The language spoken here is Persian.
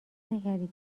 نکردی